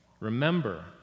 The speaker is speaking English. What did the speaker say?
Remember